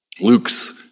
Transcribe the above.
Luke's